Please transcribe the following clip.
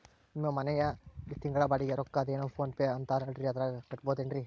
ನಮ್ಮ ಮನೆಯ ತಿಂಗಳ ಬಾಡಿಗೆ ರೊಕ್ಕ ಅದೇನೋ ಪೋನ್ ಪೇ ಅಂತಾ ಐತಲ್ರೇ ಅದರಾಗ ಕಟ್ಟಬಹುದೇನ್ರಿ?